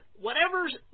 whatever's